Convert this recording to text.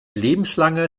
lebenslange